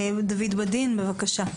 דוד בדין, בבקשה.